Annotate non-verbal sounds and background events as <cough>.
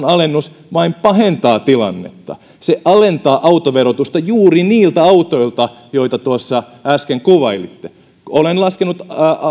<unintelligible> alennus vain pahentaa tilannetta se alentaa autoverotusta juuri niiltä autoilta joita tuossa äsken kuvailitte olen laskenut